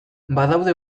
badaude